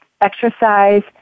exercise